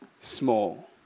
small